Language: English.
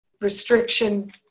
restriction